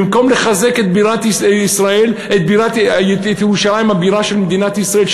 במקום לחזק את ירושלים הבירה של מדינת ישראל,